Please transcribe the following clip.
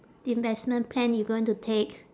investment plan you going to take